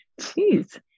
Jeez